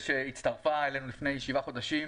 שהצטרפה אלינו לפני שבעה חודשים